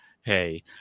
hey